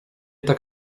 tak